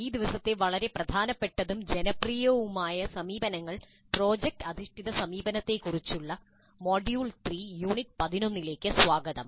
ഈ ദിവസത്തെ വളരെ പ്രധാനപ്പെട്ടതും ജനപ്രിയവുമായ സമീപനമായ പ്രോജക്റ്റ് അധിഷ്ഠിത സമീപനത്തെക്കുറിച്ചുള്ള മൊഡ്യൂൾ 3 യൂണിറ്റ് 11 ലേക്ക് സ്വാഗതം